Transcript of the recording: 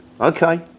Okay